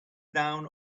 down